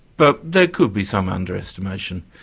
but there could be some under-estimation.